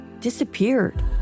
disappeared